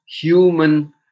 human